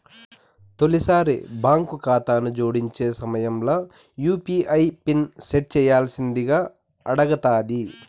తొలిసారి బాంకు కాతాను జోడించే సమయంల యూ.పీ.ఐ పిన్ సెట్ చేయ్యాల్సిందింగా అడగతాది